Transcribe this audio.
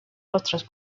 vostres